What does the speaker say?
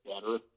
better